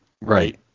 Right